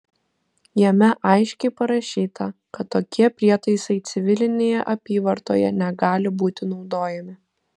jame aiškiai parašyta kad tokie prietaisai civilinėje apyvartoje negali būti naudojami